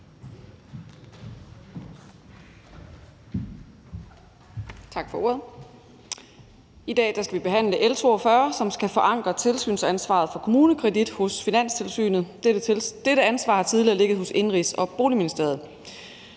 Tak for ordet. I dag skal vi behandle L 42, som skal forankre tilsynsansvaret for KommuneKredit hos Finanstilsynet. Dette ansvar har tidligere ligget hos Indenrigs- og Boligministeriet.